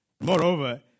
Moreover